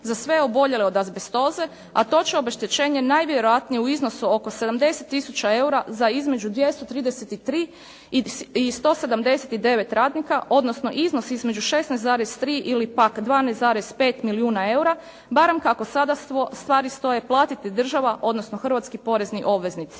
za sve oboljele od azbestoze, a to će obeštećenje najvjerojatnije u iznosu oko 70 tisuća eura za između 233 i 179 radnika, odnosno iznos između 16,3 ili pak 12,5 milijuna eura barem kako sada stvari stoje platiti država, odnosno hrvatski porezni obveznici.